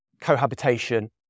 Cohabitation